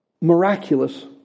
miraculous